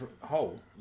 hole